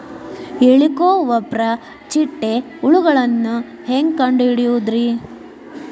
ಹೇಳಿಕೋವಪ್ರ ಚಿಟ್ಟೆ ಹುಳುಗಳನ್ನು ಹೆಂಗ್ ಕಂಡು ಹಿಡಿಯುದುರಿ?